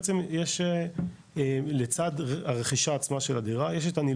בעצם יש לצד הרכישה עצמה של הדירה,